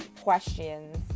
questions